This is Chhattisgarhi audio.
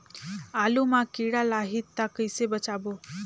आलू मां कीड़ा लाही ता कइसे बचाबो?